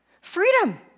freedom